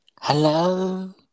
Hello